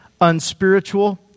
unspiritual